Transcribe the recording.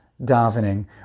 davening